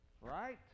Right